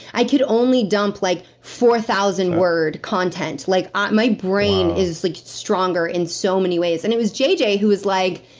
i could only dump like four thousand word content wow like ah my brain is like stronger in so many ways. and it was jj, who was like,